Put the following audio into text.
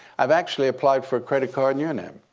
i've actually applied for a credit card in your name.